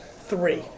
Three